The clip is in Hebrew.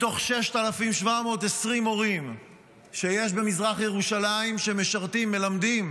מתוך 6,720 מורים שיש במזרח ירושלים שמלמדים,